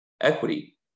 equity